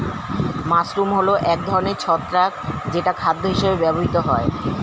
mushroom হল এক ধরনের ছত্রাক যেটা খাদ্য হিসেবে ব্যবহৃত হয়